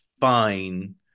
fine